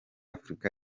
afurika